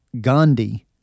Gandhi